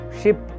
ship